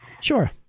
sure